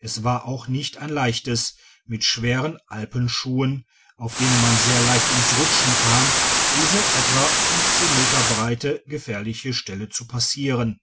es war auch nicht ein leichtes mit schweren alpenschuhen auf denen man sehr leicht ins rutschen kam diese etwa meter breite gefährliche stelle zu passieren